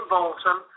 Bolton